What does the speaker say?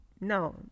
no